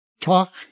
talk